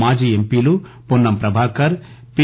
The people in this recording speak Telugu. మాజీ ఎంపీలు వొన్నం ప్రభాకర్ పి